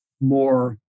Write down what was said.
more